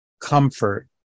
comfort